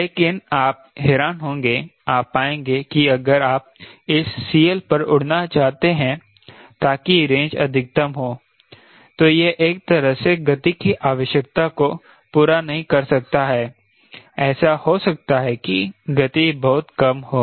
लेकिन आप हैरान होंगे आप पाएंगे कि अगर आप इस CL पर उड़ना चाहते हैं ताकि रेंज अधिकतम हो तो यह एक तरह से गति की आवश्यकता को पूरा नहीं कर सकता है ऐसा हो सकता है कि गति बहुत कम हो